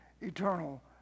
eternal